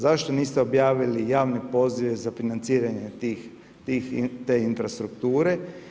Zašto niste objavili javne pozive za financiranje te infrastrukture?